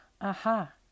Aha